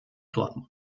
dortmund